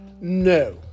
No